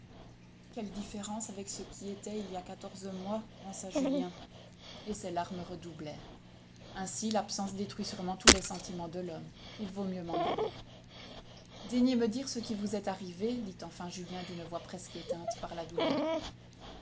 quelle différence avec ce qui était il y a quatorze mois pensa julien et ses larmes redoublèrent ainsi l'absence détruit sûrement tous les sentiments de l'homme il vaut mieux m'en aller daignez me dire ce qui vous est arrivé dit enfin julien d'une voix presque éteinte par la douleur